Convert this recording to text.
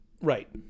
Right